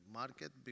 market